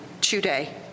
today